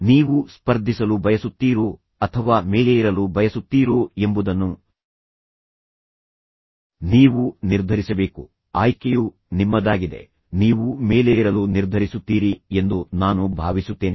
ನೀವು ಸ್ಪರ್ಧಿಸಲು ಬಯಸುತ್ತೀರೋ ಅಥವಾ ಮೇಲೇರಲು ಬಯಸುತ್ತೀರೋ ಎಂಬುದನ್ನು ನೀವು ನಿರ್ಧರಿಸಬೇಕು ಆಯ್ಕೆಯು ನಿಮ್ಮದಾಗಿದೆ ನೀವು ಮೇಲೇರಲು ನಿರ್ಧರಿಸುತ್ತೀರಿ ಎಂದು ನಾನು ಭಾವಿಸುತ್ತೇನೆ